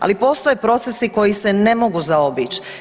Ali postoje procesi koji se ne mogu zaobići.